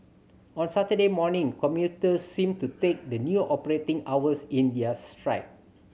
on Saturday morning commuters seemed to take the new operating hours in their stride